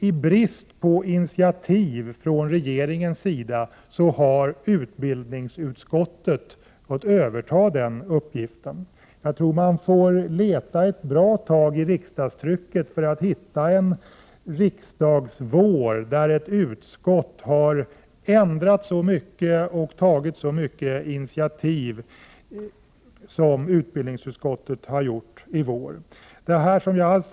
I brist på initiativ från regeringens sida har utbildningsutskottet fått överta den uppgiften. Jag tror att man får leta ett bra tag i riksdagstrycket för att hitta en riksdagsvår då ett utskott har ändrat så mycket och har tagit så många initiativ som utbildningsutskottet har gjort i vår.